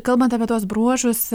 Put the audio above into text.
kalbant apie tuos bruožus